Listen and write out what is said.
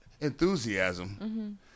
enthusiasm